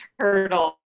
turtle